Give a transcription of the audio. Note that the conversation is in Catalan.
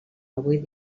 avui